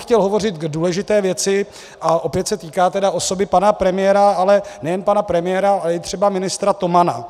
Chtěl bych hovořit k důležité věci, a opět se týká osoby pana premiéra, ale nejen pana premiéra, ale i třeba ministra Tomana.